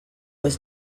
was